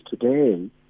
today